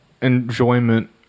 enjoyment